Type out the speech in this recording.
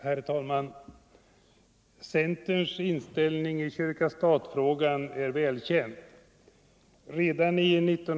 Herr talman! Centerns inställning i kyrka-stat-frågan är välkänd.